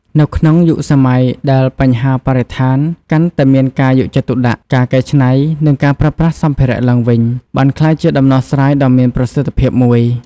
នៅក្នុងយុគសម័យដែលបញ្ហាបរិស្ថានកាន់តែមានការយកចិត្តទុកដាក់ ការកែច្នៃ និងការប្រើប្រាស់សម្ភារៈឡើងវិញ បានក្លាយជាដំណោះស្រាយដ៏មានប្រសិទ្ធភាពមួយ។